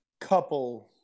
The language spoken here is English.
couple